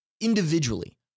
individually